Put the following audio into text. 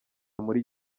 muri